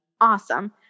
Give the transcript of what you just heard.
Awesome